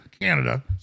Canada